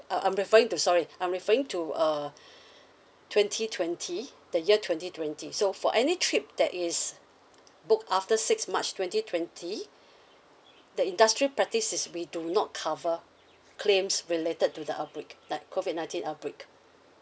um I am referring to sorry I'm referring to uh twenty twenty the year twenty twenty so for any trip that is booked after sixth march twenty twenty industry practice is we do not cover uh claims related to the uh outbreak the COVID nineteen outbreak